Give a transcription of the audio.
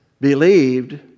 believed